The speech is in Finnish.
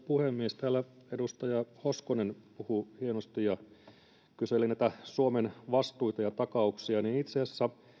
puhemies täällä edustaja hoskonen puhui hienosti ja kyseli suomen vastuista ja takauksista itse asiassa